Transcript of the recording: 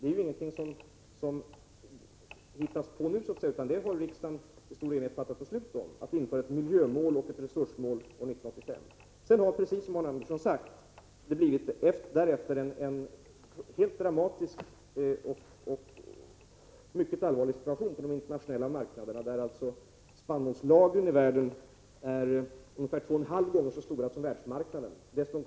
Det är ingenting som man har hittat på nu, utan riksdagen fattade 1985 i stor enighet beslut om att införa ett miljömål och ett resursmål. Därefter har det, precis som Arne Andersson säger, blivit en dramatisk och mycket allvarlig situation på de internationella marknaderna. Spannmålslagren i världen är ungefär 2,5 gånger så stora som vad världsmarknaden behöver.